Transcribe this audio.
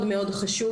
חשוב